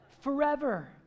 forever